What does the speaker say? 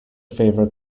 favorite